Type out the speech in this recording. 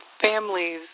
families